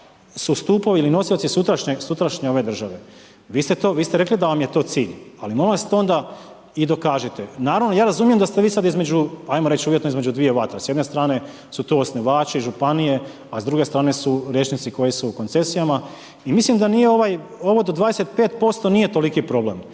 su stupovi ili nosioci sutrašnje ove države. Vi ste rekli da vam je to cilj, ali molim vas to onda i dokažite. Naravno, ja razumijem da ste vi sad između, ajmo reći uvjetno između dvije vatre. S jedne strane su tu osnivači, županije, a s druge strane su liječnici koji su u koncesijama i mislim da nije ovo do 25% nije toliki problem.